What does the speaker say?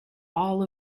all